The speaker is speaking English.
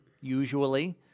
usually